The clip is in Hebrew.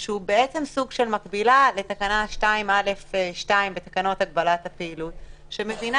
הוא סוג של מקבילה לתקנה 2(א)(2) בתקנות הגבלת הפעילות שמבינה